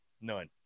None